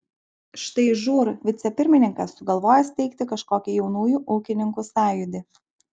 štai žūr vicepirmininkas sugalvojo steigti kažkokį jaunųjų ūkininkų sąjūdį